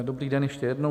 Dobrý den ještě jednou.